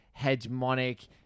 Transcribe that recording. hegemonic